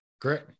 Great